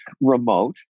remote